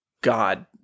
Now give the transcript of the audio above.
God